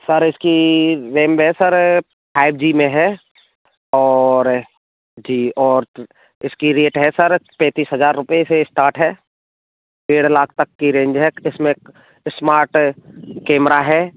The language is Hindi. सर इसकी रैम है सर फाइव जी में है और जी और इसकी रेट है सर पैंतीस हज़ार रुपए से स्टार्ट है तेरह लाख तक की रेंज है इसमें स्मार्ट कैमरा है